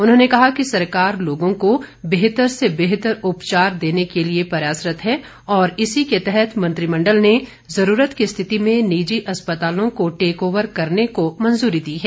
उन्होंने कहा कि सरकार लोगों को बेहतर से बेहतर उपचार देने के लिए प्रयासरत है और इसी के तहत मंत्रिमंडल ने ज़रूरत की स्थिति में निजी अस्पतालों को टेकओवर करने को मंजूरी दी है